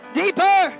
deeper